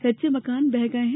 कच्चे मकान बह गये हैं